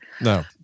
No